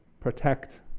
protect